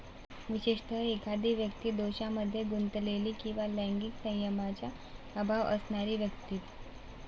विशेषतः, एखादी व्यक्ती दोषांमध्ये गुंतलेली किंवा लैंगिक संयमाचा अभाव असणारी व्यक्ती